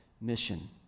mission